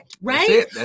right